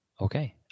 Okay